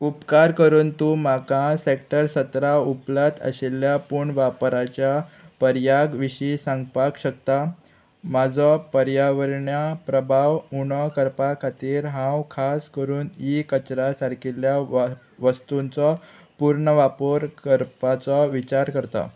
उपकार करून तूं म्हाका सॅक्टर सतरा उपलब आशिल्ल्या पूण वापराच्या पर्याग विशीं सांगपाक शकता म्हाजो पर्यावरणा प्रभाव उणो करपा खातीर हांव खास करून इ कचरा सारकिल्ल्या वा वस्तुंचो पूर्ण वापर करपाचो विचार करता